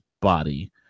body